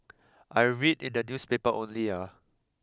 I read in the newspaper only ah